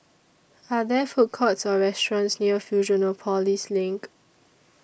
Are There Food Courts Or restaurants near Fusionopolis LINK